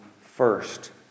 first